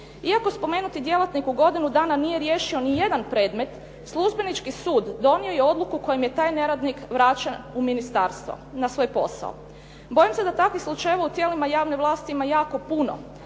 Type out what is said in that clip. Iako spomenuti djelatnik u godinu dana nije riješio ni jedan predmet Službenički sud donio je odluku kojom je taj neradnik vraćen u ministarstvo na svoj posao. Bojim se da u takvim slučajevima u tijelima javne vlasti ima jako puno,